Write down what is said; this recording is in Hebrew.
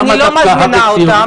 אני לא מזמינה אותם.